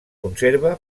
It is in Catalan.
conserva